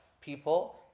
people